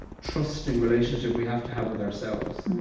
trusting relationship we have to have with ourselves